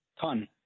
ton